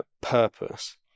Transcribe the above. purpose